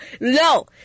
no